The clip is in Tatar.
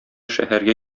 шәһәргә